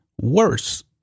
worse